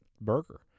burger